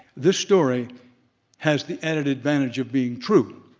this story has the added advantage of being true.